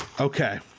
Okay